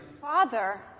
Father